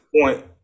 point